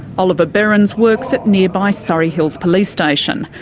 oliver behrens works at nearby surry hills police station,